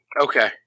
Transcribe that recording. okay